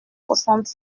soixante